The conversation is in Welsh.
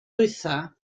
diwethaf